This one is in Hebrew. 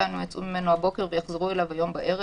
מאתנו יצאו ממנו הבוקר ויחזרו אליו הערב,